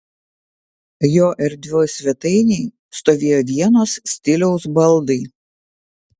jo erdvioj svetainėj stovėjo vienos stiliaus baldai